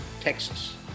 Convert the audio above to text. texas